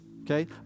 okay